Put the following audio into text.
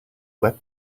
web